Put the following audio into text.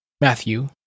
Matthew